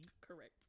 Correct